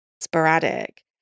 sporadic